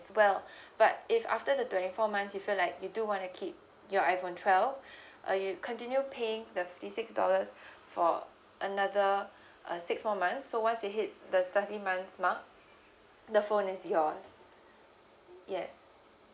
well but if after the twenty four months you feel like you do want to keep your iphone twelve uh you continue paying the fifty six dollars for another uh six more months so once it hits the thirty month mark the phone is yours yes